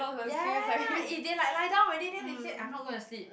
ya ya ya eh they like lie down already then they say I'm not gonna sleep